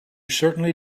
certainly